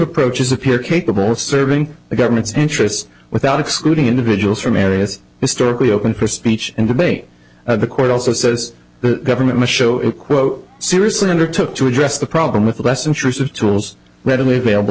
approaches appear capable of serving the government's interest without excluding individuals from areas historically open for speech and debate of the court also says the government must show it quote serious and undertook to address the problem with the best interest of tools readily available